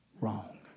wrong